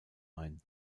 ein